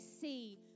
see